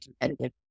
competitive